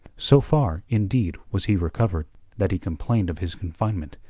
so far, indeed, was he recovered that he complained of his confinement,